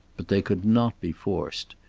but they could not be forced.